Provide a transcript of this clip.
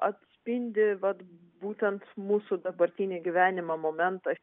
atspindi vat būtent mūsų dabartinį gyvenimą momentą